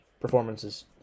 performances